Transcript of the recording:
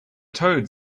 toad